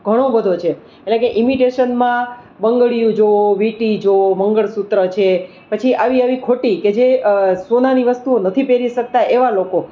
ઘણો બધો છે એટલે કે ઇમિટેશનમાં બંગડીયું જોવો વિંટી જોવો મંગળસૂત્ર છે પછી આવી આવી ખોટી કે જે સોનાની વસ્તુઓ નથી પહેરી શકતા એવા લોકો